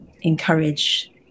encourage